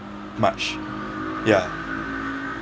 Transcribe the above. much ya